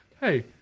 hey